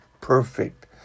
perfect